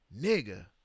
Nigga